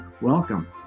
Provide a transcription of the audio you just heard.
Welcome